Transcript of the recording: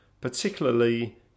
particularly